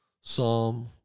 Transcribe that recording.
Psalm